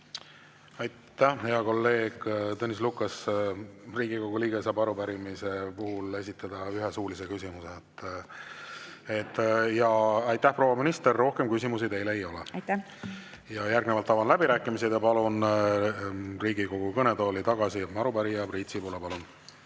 Aitäh! Hea kolleeg Tõnis Lukas, Riigikogu liige saab arupärimise puhul esitada ühe suulise küsimuse. Aitäh, proua minister! Rohkem küsimusi teile ei ole. Järgnevalt avan läbirääkimised ja palun Riigikogu kõnetooli tagasi arupärija Priit Sibula. Palun!